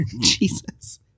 Jesus